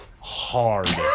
hard